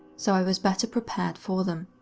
so i was better prepared for them.